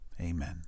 amen